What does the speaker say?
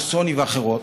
כמו סוני ואחרות,